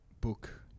book